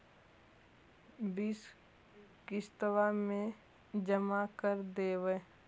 बिस किस्तवा मे जमा कर देवै?